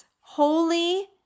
Holy